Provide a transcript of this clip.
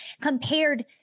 compared